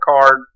card